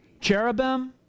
Cherubim